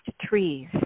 Trees